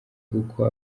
uko